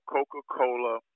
Coca-Cola